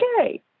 Okay